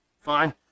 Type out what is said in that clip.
fine